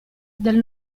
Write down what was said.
del